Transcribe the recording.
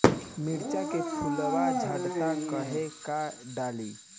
मिरचा के फुलवा झड़ता काहे का डाली?